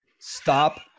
stop